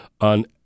on